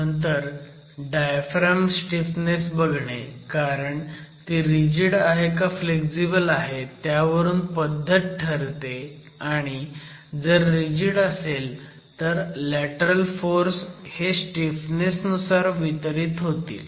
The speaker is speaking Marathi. नंतर डायफ्रॅम स्टीफनेस बघणे कारण ती रिजिड आहे का फ्लेग्झिबल आहे त्यावरून पद्धत ठरते आणि जर रिजिड असेल तर लॅटरल फोर्स हे स्टीफनेस नुसार वितरित होतील